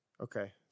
Okay